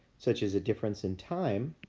such as a difference in time,